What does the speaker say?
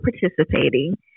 participating